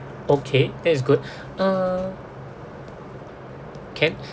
okay that is good um can